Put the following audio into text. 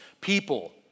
people